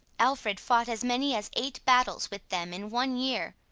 alfred fought as many as eight battles with them in one year.